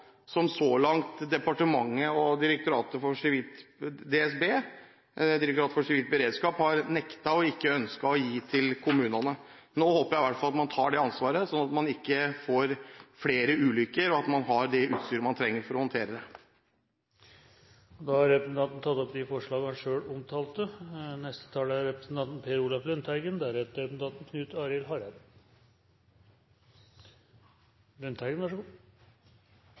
som så langt departementet og Direktoratet for samfunnssikkerhet og beredskap har nektet å gi til kommunene. Nå håper jeg i hvert fall at man tar det ansvaret, sånn at man ikke får flere ulykker, og at man har det utstyret man trenger for å håndtere det. Representanten Hoksrud har tatt opp de forslagene han refererte til. Regjeringen foreslår å forlenge bompengeinnkrevinga på rv. 23, Oslofjordforbindelsen mellom Akershus og Buskerud. Den foreslår å forlenge den inntil tre år etter august 2013. Jeg vil være veldig tydelig på at dette er